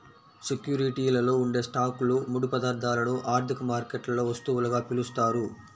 సెక్యూరిటీలలో ఉండే స్టాక్లు, ముడి పదార్థాలను ఆర్థిక మార్కెట్లలో వస్తువులుగా పిలుస్తారు